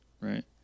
right